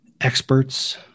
experts